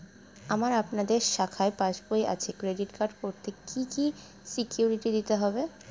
আমার আপনাদের শাখায় পাসবই আছে ক্রেডিট কার্ড করতে কি কি সিকিউরিটি দিতে হবে?